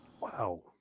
Wow